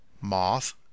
Moth